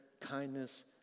kindness